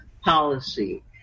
policy